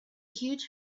huge